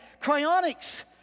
Cryonics